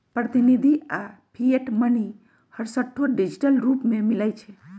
प्रतिनिधि आऽ fiat money हरसठ्ठो डिजिटल रूप में मिलइ छै